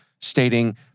stating